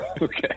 Okay